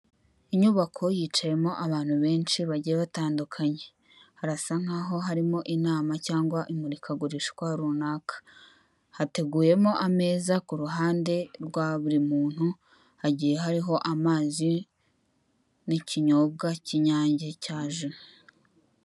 Inyubako yicayemo abantu benshi bagiye batandukanye. Harasa nk'aho harimo inama cyangwa imurikagurishwa runaka, hateguyemo ameza ku ruhande rwa buri muntu hagiye hariho amazi n'ikinyobwa cy'inyange cya ji.